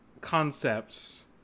concepts